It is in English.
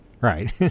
right